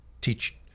teach